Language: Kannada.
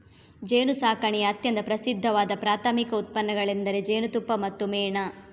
ಜೇನುಸಾಕಣೆಯ ಅತ್ಯಂತ ಪ್ರಸಿದ್ಧವಾದ ಪ್ರಾಥಮಿಕ ಉತ್ಪನ್ನಗಳೆಂದರೆ ಜೇನುತುಪ್ಪ ಮತ್ತು ಮೇಣ